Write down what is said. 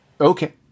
Okay